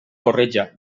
corretja